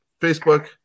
Facebook